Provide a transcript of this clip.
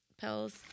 Pills